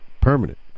permanent